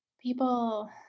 People